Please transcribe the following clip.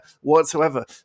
whatsoever